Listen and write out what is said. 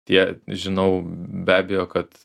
tie žinau be abejo kad